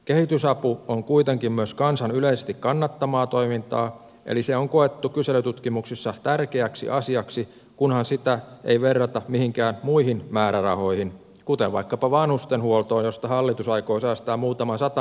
kehitysapu on kuitenkin myös kansan yleisesti kannattamaa toimintaa eli se on koettu kyselytutkimuksissa tärkeäksi asiaksi kunhan sitä ei verrata mihinkään muihin määrärahoihin kuten vaikkapa vanhustenhuoltoon josta hallitus aikoo säästää muutaman sata miljoonaa euroa